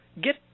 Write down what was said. get